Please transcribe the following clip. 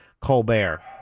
Colbert